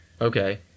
Okay